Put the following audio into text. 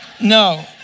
no